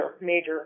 major